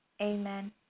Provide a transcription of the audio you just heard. Amen